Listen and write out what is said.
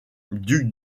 ducs